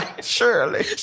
Surely